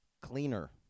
cleaner